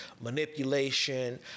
manipulation